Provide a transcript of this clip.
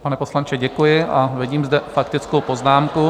Pane poslanče, děkuji a vidím zde faktickou poznámku.